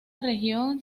región